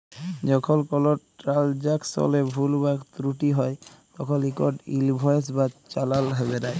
যখল কল ট্রালযাকশলে ভুল বা ত্রুটি হ্যয় তখল ইকট ইলভয়েস বা চালাল বেরাই